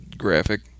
graphic